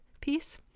piece